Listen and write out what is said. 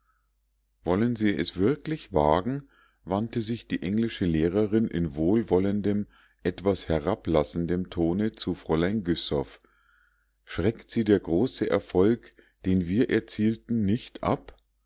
wollen sie es wirklich wagen wandte sich die englische lehrerin in wohlwollendem etwas herablassendem tone zu fräulein güssow schreckt sie der große erfolg den wir erzielten nicht ab